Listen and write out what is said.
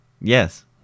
Yes